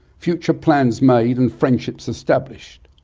future plans made and friendships established.